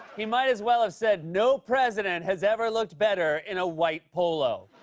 he might as well have said, no president has ever looked better in a white polo.